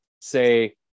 say